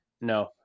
no